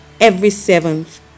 everyseventh